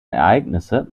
ereignisse